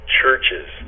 churches